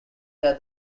that